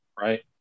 right